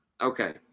Okay